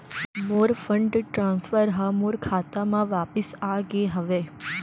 मोर fund transfer हा मोर खाता मा वापिस आ गे हवे